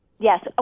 Yes